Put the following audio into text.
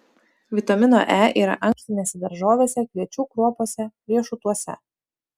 vitamino e yra ankštinėse daržovėse kviečių kruopose riešutuose